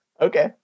Okay